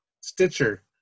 Stitcher